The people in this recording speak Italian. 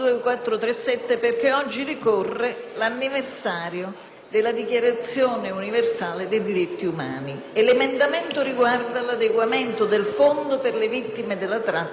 della Dichiarazione universale dei diritti umani e tale emendamento riguarda l'adeguamento del fondo per le vittime della tratta degli esseri umani. Se non si coglie questa occasione,